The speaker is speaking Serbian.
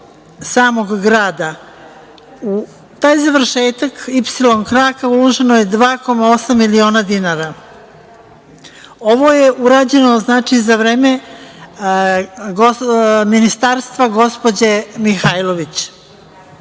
samog grada. U taj završetak „Ipsilon“ kraka uloženo je 2,8 miliona dinara. Ovo je urađeno za vreme Ministarstva gospođe Mihajlović.